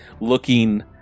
looking